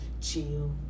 Chill